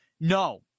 No